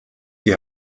die